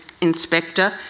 inspector